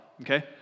Okay